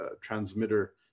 transmitter